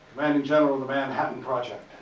and general of the manhattan project